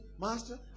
Master